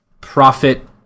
profit